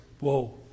whoa